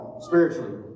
spiritually